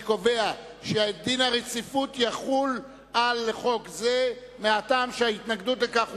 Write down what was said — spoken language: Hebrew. אני קובע שדין הרציפות יחול על חוק זה מהטעם שההתנגדות לכך הוסרה.